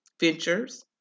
ventures